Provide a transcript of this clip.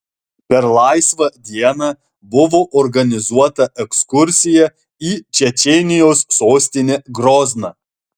per laisvą dieną buvo organizuota ekskursija į čečėnijos sostinę grozną